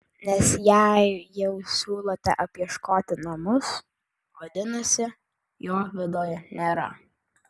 nes jei jau siūlote apieškoti namus vadinasi jo viduj nėra